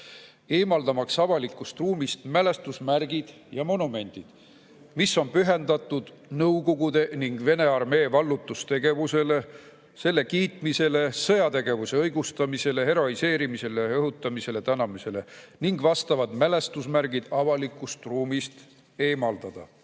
eemaldamaks avalikust ruumist mälestusmärgid ja monumendid, millised on pühendatud nõukogude ning vene armee vallutustegevusele, selle kiitmisele, sõjategevuse õigustamisele, heroiseerimisele, õhutamisele ja tänamisele ning vastavad mälestusmärgid avalikust ruumist eemaldada."